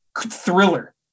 thriller